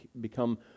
become